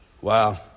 Wow